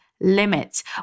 Limits